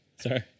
Sorry